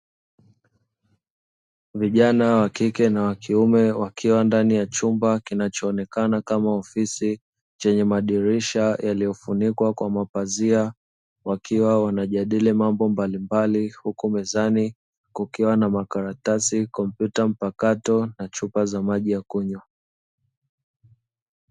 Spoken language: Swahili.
Vijana wa kike na wa kiume wakiwa ndani ya chumba kinachoonekana kama ofisi chenye madirisha yaliyofunikwa kwa mapazia, wakiwa wanajadili mambo mbalimbali huku mezani kukiwa na makaratasi kompyuta mpakato na chupa za maji ya kunywa.